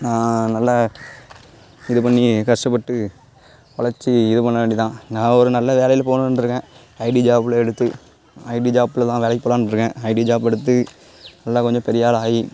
நான் நல்லா இது பண்ணி கஷ்டப்பட்டு ஒழைச்சி இது பண்ண வேண்டி தான் நான் ஒரு நல்ல வேலையில் போகணுன்ட்ருகேன் ஐடி ஜாப்பில் எடுத்து ஐடி ஜாப்பில் தான் வேலைக்கு போகலான்ட்ருக்கேன் ஐடி ஜாப் எடுத்து நல்லா கொஞ்சம் பெரியலாகி